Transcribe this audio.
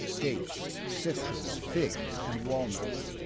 dates, citrus, figs and walnuts.